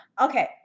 Okay